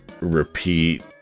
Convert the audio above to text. repeat